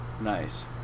Nice